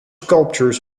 sculptures